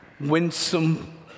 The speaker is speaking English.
winsome